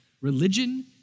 religion